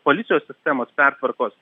policijos sistemos pertvarkos